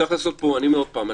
אני אומר עוד פעם,